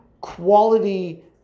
quality